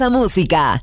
música